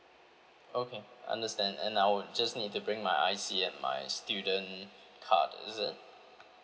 okay understand and I'll just need to bring my I_C and my student card is it